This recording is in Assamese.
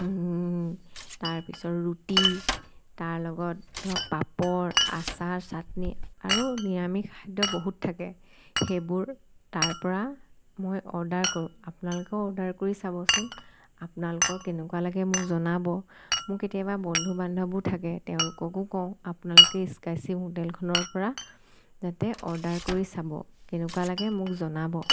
তাৰপিছত ৰুটি তাৰ লগত ধৰক পাপৰ আচাৰ চাটনি আৰু নিৰামিষ খাদ্য বহুত থাকে সেইবোৰ তাৰপৰা মই অৰ্ডাৰ কৰোঁ আপোনালোকেও অৰ্ডাৰ কৰি চাবচোন আপোনালোকৰ কেনেকুৱা লাগে মোক জনাব মোৰ কেতিয়াবা বন্ধু বান্ধৱবো থাকে তেওঁলোকলো কওঁ আপোনালোকে স্কাইশ্বিপ হোটেলখনৰপৰা যাতে অৰ্ডাৰ কৰি চাব কেনেকুৱা লাগে মোক জনাব